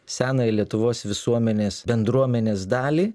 senąją lietuvos visuomenės bendruomenės dalį